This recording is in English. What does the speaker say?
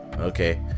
Okay